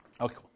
Okay